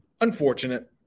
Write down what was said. Unfortunate